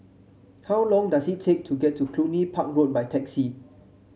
how long does it take to get to Cluny Park Road by taxi